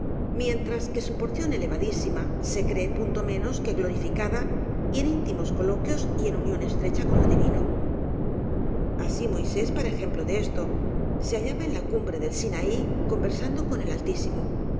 mientras que su porción elevadísima se cree punto menos que glorificada y en íntimos coloquios y en unión es trecha con lo divino así moisés para ejemplo de esto se hallaba en la cumbre del sinaí conversan do con el altísimo